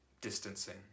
distancing